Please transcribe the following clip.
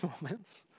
moments